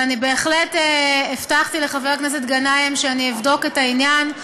ואני בהחלט הבטחתי לחבר הכנסת גנאים שאני אבדוק את העניין.